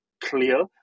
clear